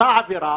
ואותה עבירה